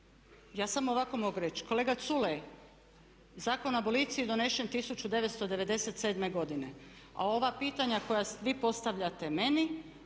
Ja samo ovako mogu reći, kolega Culej Zakon o aboliciji je donesen 1997. godine, a ova pitanja koja vi postavljate meni